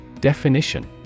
Definition